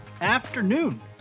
afternoon